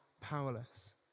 powerless